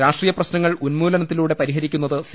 രാഷ്ട്രീയ പ്രശ്നങ്ങൾ ഉന്മൂലനത്തിലൂടെ പരിഹരിക്കുന്നത് സി